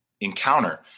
encounter